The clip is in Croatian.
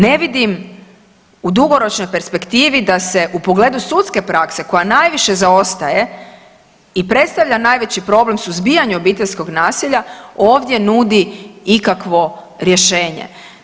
Ne vidim u dugoročnoj perspektivi da se u pogledu sudske prakse koja najviše zaostaje i predstavlja najveći problem suzbijanja obiteljskog nasilja ovdje nudi ikakvo rješenje.